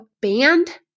band